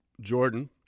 jordan